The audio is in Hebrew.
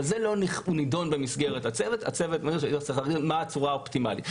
זה לא נידון במסגרת --- הצוות צריך להגדיר מה הצורה האופטימלית.